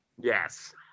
Yes